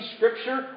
Scripture